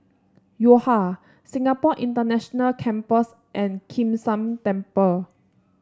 Yo Ha Singapore International Campus and Kim San Temple